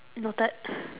noted